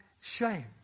shame